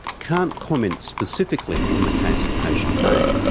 can't comment specifically on the case of patient a.